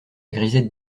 grisette